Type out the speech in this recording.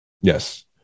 Yes